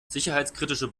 sicherheitskritische